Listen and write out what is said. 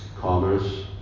commerce